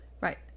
Right